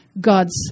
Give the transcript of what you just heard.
God's